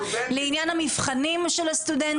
לעניין המבחנים של הסטודנטים.